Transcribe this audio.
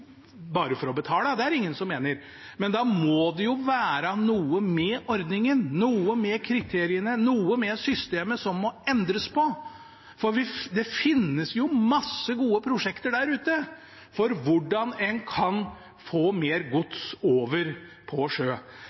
mener. Men da må det være noe med ordningen, noe med kriteriene, noe med systemet som må endres. Det finnes mange gode prosjekter der ute for hvordan en kan få mer gods over på sjø,